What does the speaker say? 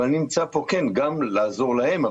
אבל אני נמצא פה כן גם לעזור להם,